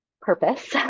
purpose